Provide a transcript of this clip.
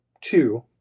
two